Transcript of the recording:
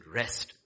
rest